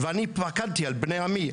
ואני פקדתי על בני עמי,